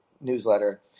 newsletter